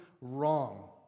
wrong